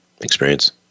experience